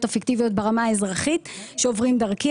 הפיקטיביות ברמה האזרחית שעוברים דרכי.